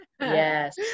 Yes